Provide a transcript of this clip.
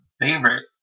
favorite